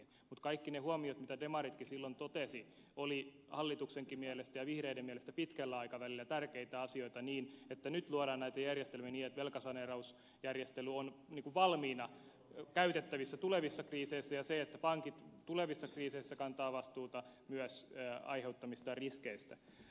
mutta kaikki ne huomiot mitä demaritkin silloin totesivat olivat hallituksenkin mielestä ja vihreiden mielestä pitkällä aikavälillä tärkeitä asioita niin että nyt luodaan näitä järjestelmiä niin että velkasaneerausjärjestely on valmiina käytettävissä tulevissa kriiseissä ja että myös pankit tulevissa kriiseissä kantavat vastuuta aiheuttamistaan riskeistä